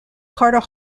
carter